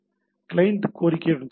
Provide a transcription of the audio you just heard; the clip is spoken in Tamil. கிளையன்ட் கோரிக்கையுடன் தொடரலாம்